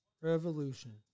Revolution